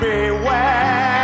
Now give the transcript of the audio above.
Beware